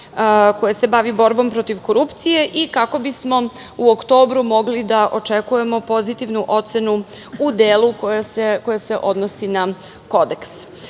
koje se bavi borbom protiv korupcije i kako bismo u oktobru mogli da očekujemo pozitivnu ocenu u delu koja se odnosi na